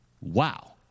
wow